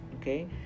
Okay